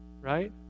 Right